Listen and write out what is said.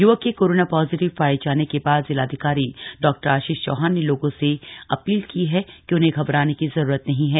युवक के corona positive पाये जाने के बाद जिलाधिकारी डॉ आशीष चौहान ने लोगों से अपील की है कि उन्हें घबराने की जरूरत नही है